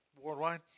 Worldwide